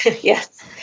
Yes